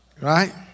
right